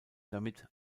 damit